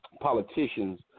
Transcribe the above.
politicians